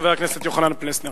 חבר הכנסת יוחנן פלסנר.